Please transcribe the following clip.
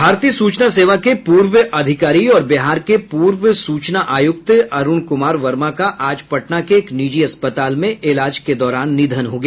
भारतीय सूचना सेवा के पूर्व अधिकारी और बिहार के पूर्व सूचना आयुक्त अरूण कुमार वर्मा का आज पटना के एक निजी अस्पताल में इलाज के दौरान निधन हो गया